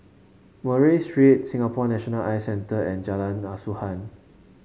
Murray Street Singapore National Eye Centre and Jalan Asuhan